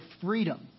freedom